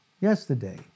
Yesterday